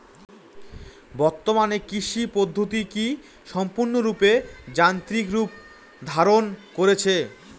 বর্তমানে কৃষি পদ্ধতি কি সম্পূর্ণরূপে যান্ত্রিক রূপ ধারণ করেছে?